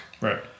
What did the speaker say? Right